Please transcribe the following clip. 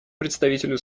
представителю